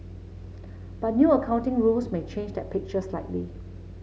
but new accounting rules may change that picture slightly